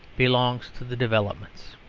belongs to the developments.